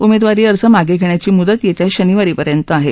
उमेदवारी अर्ज मागे घेण्याची मुदत येत्या शनिवारीपर्यंत आहे